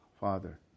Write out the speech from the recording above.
Father